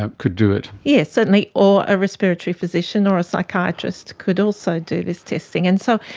ah could do it. yes, certainly, or a respiratory physician or a psychiatrist could also do this testing, and so